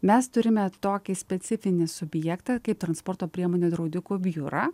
mes turime tokį specifinį subjektą kaip transporto priemonių draudikų biurą